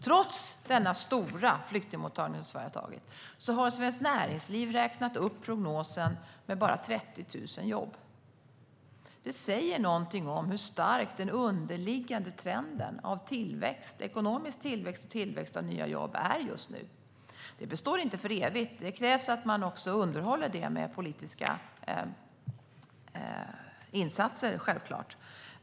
Trots detta stora flyktingmottagande i Sverige har Svenskt Näringsliv räknat upp prognosen med bara 30 000 jobb. Det säger någonting om hur stark den underliggande trenden av ekonomisk tillväxt och tillväxt av nya jobb är just nu. Den består inte för evigt, utan det krävs också att man underhåller det med politiska insatser.